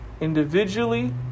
individually